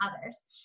others